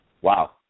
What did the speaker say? Wow